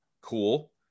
cool